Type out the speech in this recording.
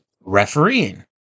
refereeing